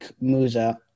Musa